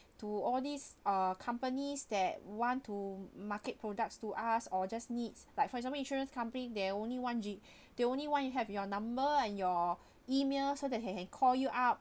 to all these uh companies that want to market products to us or just needs like for example insurance company they only want g~ they only want you have your number and your email so that they can call you up